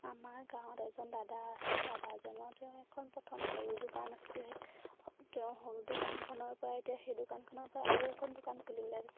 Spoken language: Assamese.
আমাৰ গাঁৱত এজন দাদা আছে দাদাজনৰ তেওঁ এখন প্ৰথম সৰু দোকান আছিল তেওঁ সৰু দোকানখনৰপৰা এতিয়া সেই দোকানখনৰপৰা আৰু এখন দোকান খুলিলে